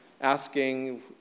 asking